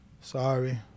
Sorry